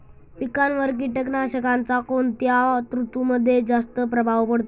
पिकांवर कीटकनाशकांचा कोणत्या ऋतूमध्ये जास्त प्रभाव पडतो?